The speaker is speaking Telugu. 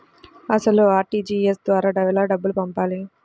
అసలు అర్.టీ.జీ.ఎస్ ద్వారా ఎలా డబ్బులు పంపాలి?